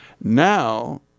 Now